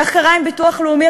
כך קרה עם הביטוח הלאומי,